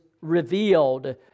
revealed